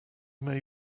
may